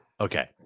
okay